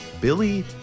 Billy